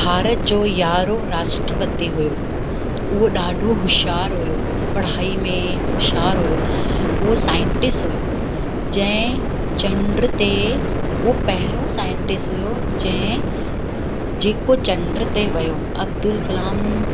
भारत जो यारहों राष्ट्रपति हुयो उहो ॾाढो होश्यारु हुयो पढ़ाई में होश्यारु हुयो उहो साइंटिस्ट हुयो जंहिं चंड ते उहो पहिरों साइंटिस्ट हुयो जंहिं जेको चंड ते वियो अब्दुल कलाम